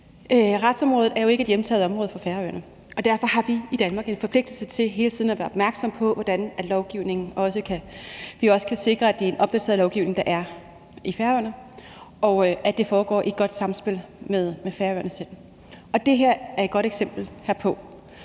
Retsområdet er jo ikke et hjemtaget område for Færøerne, og derfor har vi i Danmark en forpligtelse til hele tiden at være opmærksom på, hvordan vi også kan sikre, at det er en opdateret lovgivning, der er på Færøerne, og at det foregår i et godt samspil med Færøerne selv. Det her er et godt eksempel herpå.